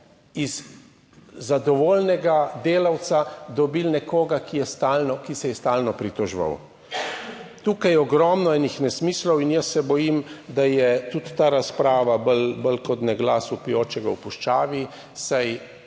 iz zadovoljnega delavca dobili nekoga, ki je stalno, ki se je stalno pritoževal. Tukaj je ogromno enih nesmislov in jaz se bojim, da je tudi ta razprava bolj, bolj kot ne glas vpijočega v puščavi,